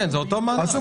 כן, זה אותו מענק.